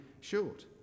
short